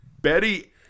Betty